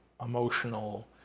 emotional